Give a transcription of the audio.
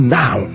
now